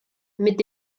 mit